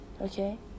okay